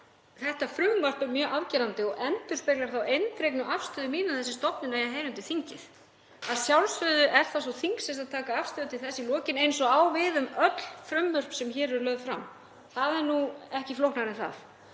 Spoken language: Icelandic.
þetta frumvarp er mjög afgerandi og endurspeglar þá eindregnu afstöðu mína að þessi stofnun eigi að heyra undir þingið. Að sjálfsögðu er það svo þingsins að taka afstöðu til þess í lokin, eins og á við um öll frumvörp sem hér eru lögð fram, það er nú ekki flóknara en það.